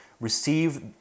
receive